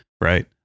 right